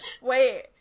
wait